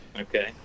Okay